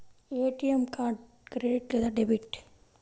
ATM card credit లేదా debit?